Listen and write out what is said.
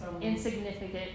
insignificant